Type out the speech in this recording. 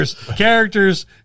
Characters